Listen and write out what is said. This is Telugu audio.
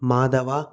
మాధవ